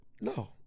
No